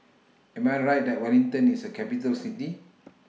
Am I Right that Wellington IS A Capital City